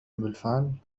بالفعل